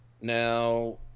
now